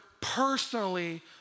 personally